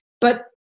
but-